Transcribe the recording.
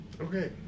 okay